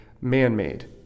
man-made